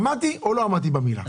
עמדתי או לא עמדתי במילה.